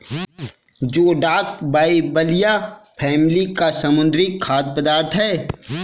जोडाक बाइबलिया फैमिली का समुद्री खाद्य पदार्थ है